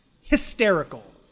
Hysterical